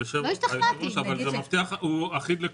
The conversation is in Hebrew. אבל היושב-ראש, המפתח הוא אחיד לכולם.